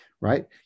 Right